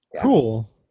Cool